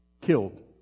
Killed